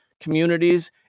communities